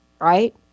right